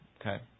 Okay